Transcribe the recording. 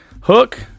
Hook